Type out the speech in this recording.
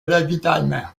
ravitaillement